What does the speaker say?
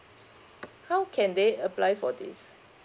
how can they apply for this